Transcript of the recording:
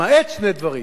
למעט שני דברים: